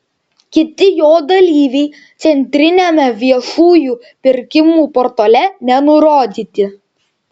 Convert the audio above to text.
kiti jo dalyviai centriniame viešųjų pirkimų portale nenurodyti